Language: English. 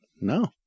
no